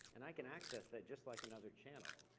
and i can access that just like another channel,